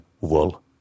Wool